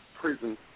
prison